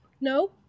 No